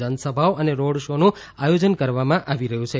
જનસભાઓ અને રોડ શોનું આયોજન કરવામાં આવી રહ્યા છે